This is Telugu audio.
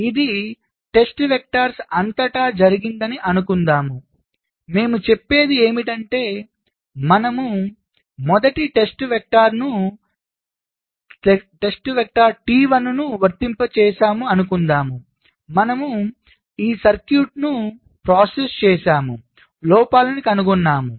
ఇది టెస్ట్ వెక్టర్స్ అంతటా జరిగిందని అనుకుందాం మేము చెప్పేది ఏమిటంటే మనము మొదటి టెస్ట్ వెక్టర్ T1 ను వర్తింపజేసాము అనుకుందాం మనము మన సర్క్యూట్ను ప్రాసెస్ చేసాము లోపాలను కనుగొన్నాము